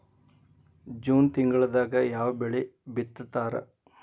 June ತಿಂಗಳದಾಗ ಯಾವ ಬೆಳಿ ಬಿತ್ತತಾರ?